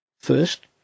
First